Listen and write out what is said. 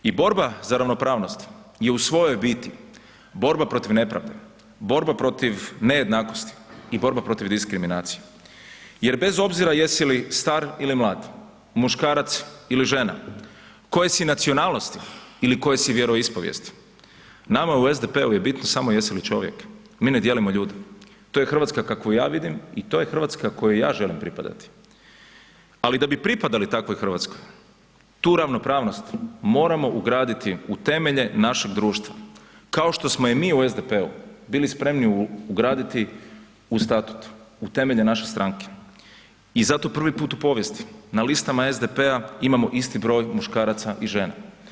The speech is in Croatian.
I borba za ravnopravnost je u svojoj biti borba protiv nepravde, borba protiv nejednakosti i borba protiv diskriminacije jer bez obzira jesi li star ili mlad, muškarac ili žena, koje si nacionalnosti ili koje si vjeroispovijesti, nama u SDP-u je bitno samo jesi li čovjek, mi ne dijelimo ljude, to je RH kakvu ja vidim i to je RH kojoj ja želim pripadati, ali da bi pripadali takvoj RH, tu ravnopravnost moramo ugraditi u temelje našeg društva, kao što smo je i mi u SDP-u bili spremni ugraditi u statut, u temelje naše stranke i zato prvi put u povijesti na listama SDP-a imamo isti broj muškaraca i žena.